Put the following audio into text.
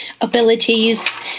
abilities